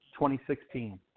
2016